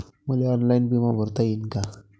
मले ऑनलाईन बिमा भरता येईन का?